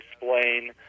explain